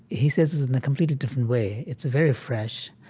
he says it in a completely different way. it's very fresh,